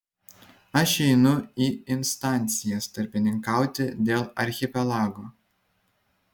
aš einu į instancijas tarpininkauti dėl archipelago